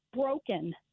broken